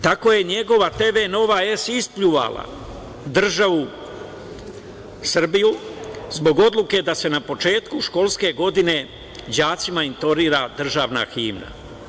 Tako je njegova TV „Nova S“ ispljuvala državu Srbiju zbog odluke da se na početku školske godine đacima intonira državna himna.